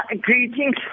greetings